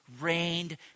rained